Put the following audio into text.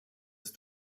ist